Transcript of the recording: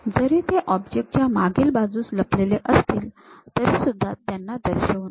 जरी ते ऑब्जेक्ट चा मागील बाजूस लपलेले असतील तरी सुद्धा त्यांना दर्शवू नये